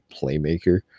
playmaker